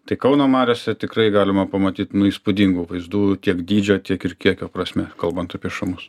tai kauno mariose tikrai galima pamatyt nu įspūdingų vaizdų kiek dydžio tiek ir kiekio prasme kalbant apie šamus